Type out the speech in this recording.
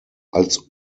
als